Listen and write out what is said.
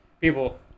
People